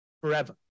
forever